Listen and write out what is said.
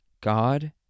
God